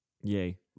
yay